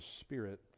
Spirit